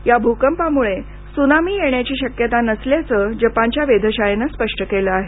या भुकंपामुळं सुनामी येण्याची शक्यता नसल्याचं जपानच्या वेधशाळेनं स्पष्ट केलं आहे